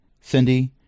Cindy